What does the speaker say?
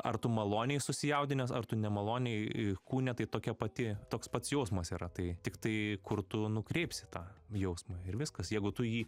ar tu maloniai susijaudinęs ar tu nemaloniai kūne tai tokia pati toks pats jausmas yra tai tiktai kur tu nukreipsi tą jausmą ir viskas jeigu tu jį